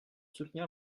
soutenir